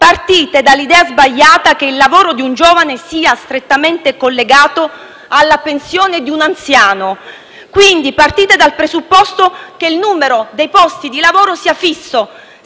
partite dall'idea sbagliata che il lavoro di un giovane sia strettamente collegato alla pensione di un anziano. Partite quindi dal presupposto che il numero dei posti di lavoro sia fisso